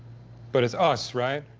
but it's us, right?